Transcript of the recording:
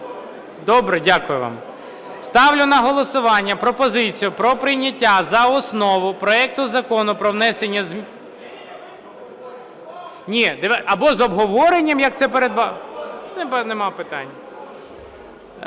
Добре. Дякую вам. Ставлю на голосування пропозицію про прийняття за основу проекту Закону про внесення змін… (Шум у залі) Ні, або з обговоренням, як це передбачено… Немає питань!